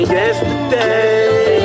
yesterday